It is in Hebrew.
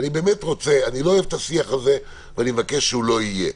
אני לא אוהב את השיח הזה, ואני מבקש שהוא לא יהיה.